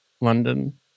London